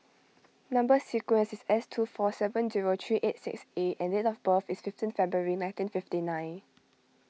Number Sequence is S two four seven zero three eight six A and date of birth is fifteen February nineteen fifty nine